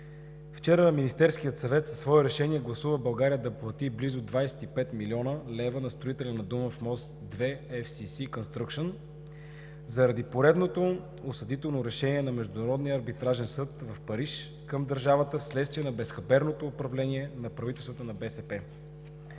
Вчера Министерският съвет със свое решение гласува България да плати близо 25 млн. лв. на строителя на „Дунав мост 2“ – „Еф Си Си Конструкшън“, заради поредното осъдително решение на международния арбитражен съд в Париж към държавата вследствие на безхаберното управление на правителствата на БСП.